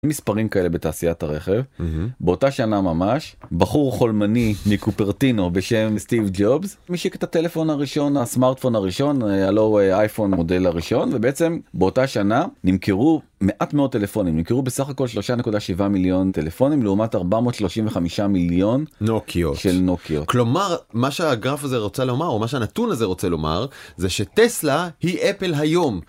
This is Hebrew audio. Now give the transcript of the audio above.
אין מספרים כאלה בתעשיית הרכב. באותה שנה ממש, בחור חולמני מקופרטינו בשם סטיב ג'ובס, משיק את הטלפון הראשון, הסמארטפון הראשון, הלא הוא אייפון מודל הראשון, ובעצם, באותה שנה, נמכרו מעט מאות טלפונים. נמכרו בסך הכל 3.7 מיליון טלפונים לעומת 435 מיליון... נוקיות. של נוקיות. כלומר, מה שהגרף הזה רוצה לומר או מה שהנתון הזה רוצה לומר זה שטסלה היא אפל היום.